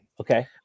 Okay